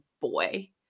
boy